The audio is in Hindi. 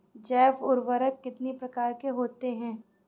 जैव उर्वरक कितनी प्रकार के होते हैं?